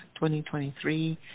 2023